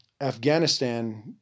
Afghanistan